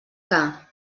que